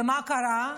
ומה קרה?